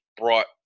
brought